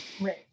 Right